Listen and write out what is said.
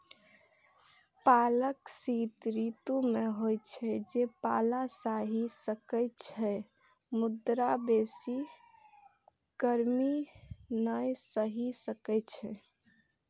पालक शीत ऋतु मे होइ छै, जे पाला सहि सकै छै, मुदा बेसी गर्मी नै सहि सकै छै